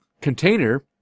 container